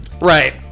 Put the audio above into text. right